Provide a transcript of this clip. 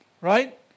right